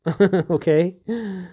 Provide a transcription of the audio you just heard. Okay